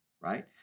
right